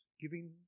giving